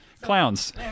clowns